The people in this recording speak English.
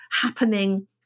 happening